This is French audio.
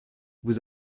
vous